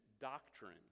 doctrine